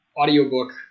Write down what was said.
audiobook